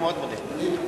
אני מאוד מודה לך.